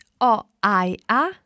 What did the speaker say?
O-I-A